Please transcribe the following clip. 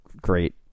great